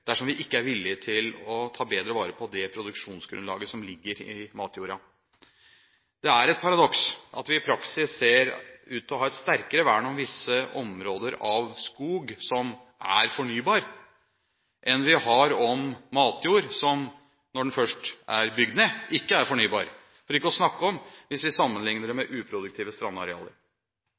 dersom vi ikke er villige til å ta bedre vare på det produksjonsgrunnlaget som ligger i matjorda. Det er et paradoks at vi i praksis ser ut til å ha et sterkere vern om visse områder av fornybar skog enn vi har av matjord, som når den først er bygd ned, ikke er fornybar, for ikke å snakke om hvis vi sammenlikner det med uproduktive strandarealer.